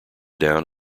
down